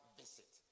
visit